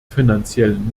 finanziellen